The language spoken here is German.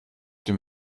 dem